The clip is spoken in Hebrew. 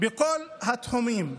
בכל התחומים.